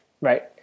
Right